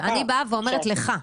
אני באה ואומרת לך: